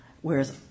Whereas